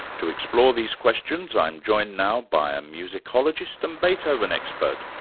to explore these questions, i'm joined now by a musicologist and beethoven expert,